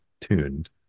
tuned